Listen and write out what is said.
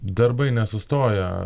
darbai nesustoja